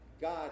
God